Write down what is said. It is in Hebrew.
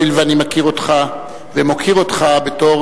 הואיל ואני מכיר אותך ומוקיר אותך בתור